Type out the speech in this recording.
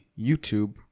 YouTube